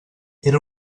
era